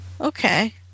Okay